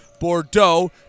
Bordeaux